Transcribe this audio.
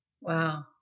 Wow